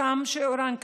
ששם שיעורן כפול.